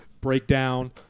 breakdown